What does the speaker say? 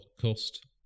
cost